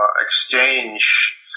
exchange